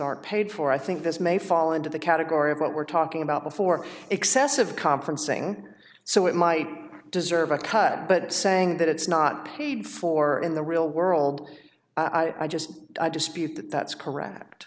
are paid for i think this may fall into the category of what we're talking about before excessive conferencing so it might deserve a cut but saying that it's not paid for in the real world i just dispute that that's correct